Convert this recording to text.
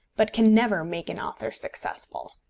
but can never make an author successful.